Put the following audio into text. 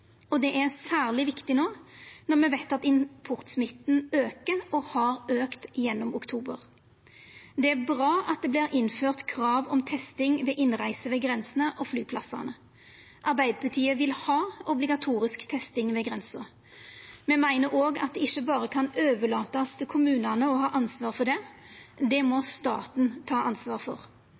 Det er særleg viktig no når me veit at importsmitten aukar og har auka gjennom oktober. Det er bra at det vert innført krav om testing ved innreise ved grensene og flyplassane. Arbeidarpartiet vil ha obligatorisk testing ved grensa. Me meiner òg at me ikkje berre kan overlata til kommunane å ha ansvaret for det. Det må staten ta ansvaret for.